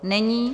Není.